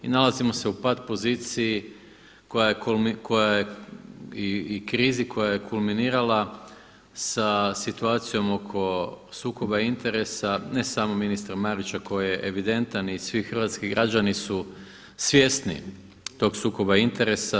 I nalazimo se u pat poziciji koja je i krizi koja je kulminirala sa situacijom oko sukoba interesa ne samo ministra Marića koji je evidentan i svi hrvatski građani su svjesni tog sukoba interesa.